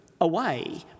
away